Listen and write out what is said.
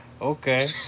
Okay